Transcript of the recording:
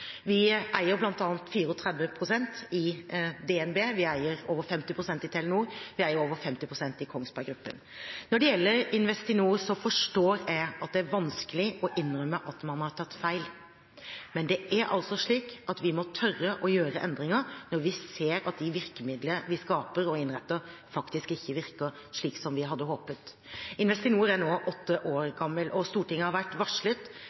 Vi eier bl.a. 34 pst. i DNB, vi eier over 50 pst. i Telenor, vi eier over 50 pst. i Kongsberg Gruppen. Når det gjelder Investinor, forstår jeg at det er vanskelig å innrømme at man har tatt feil. Men det er altså slik at vi må tørre å gjøre endringer når vi ser at de virkemidlene vi skaper og innretter, faktisk ikke virker slik vi hadde håpet. Investinor er nå åtte år gammelt, og Stortinget har gjennom flere budsjetter vært varslet